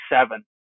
seven